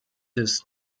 des